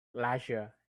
larger